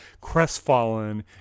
crestfallen